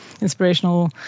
inspirational